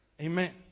Amen